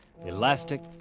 elastic